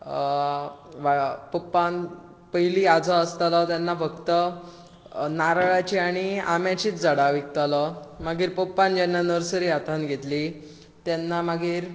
पप्पान पयलीं आजो आसतालो तेन्ना फक्त नारळाचीं आनी आंब्याचींच झाडां विकतालो मागीर पप्पान जेन्ना नर्सरी हातांत घेतली तेन्ना मागीर